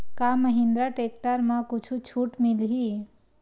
का महिंद्रा टेक्टर म कुछु छुट मिलही?